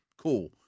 cool